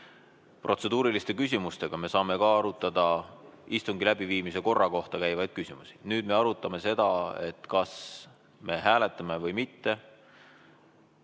Protseduuriliste küsimustega me saame arutada istungi läbiviimise korra kohta käivaid küsimusi. Nüüd me arutame seda, kas me hääletame või mitte.